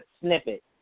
snippet